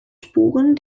spuren